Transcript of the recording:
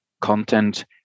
content